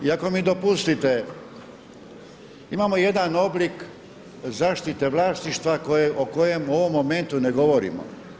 I ako mi dopustite imamo jedan oblik zaštite vlasništva o kojem u ovom momentu ne govorimo.